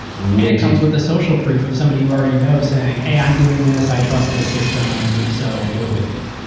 way cheaper. it comes with the social proof of somebody you already know saying, hey, i'm doing this. i trust this system, so do it with me.